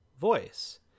voice